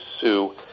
sue